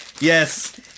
Yes